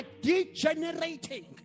degenerating